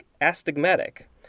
astigmatic